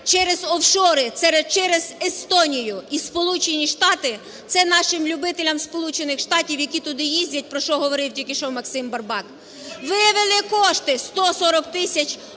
через офшори через Естонію і Сполучені Штати, це нашим любителям Сполучених Штатів, які туди їздять, про що говорив тільки що Максим Бурбак, вивели кошти – 140 тисяч